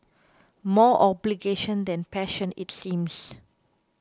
more obligation than passion it seems